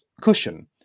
cushion